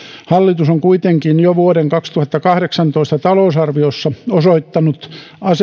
hallitus on kuitenkin jo vuoden kaksituhattakahdeksantoista talousarviossa osoittanut